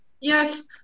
Yes